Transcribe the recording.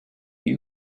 you